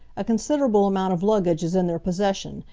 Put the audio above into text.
a considerable amount of luggage is in their possession,